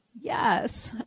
Yes